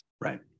Right